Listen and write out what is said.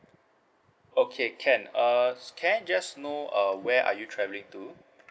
okay can err can I just know uh where are you travelling to